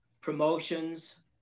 promotions